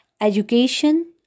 education